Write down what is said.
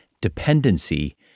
dependency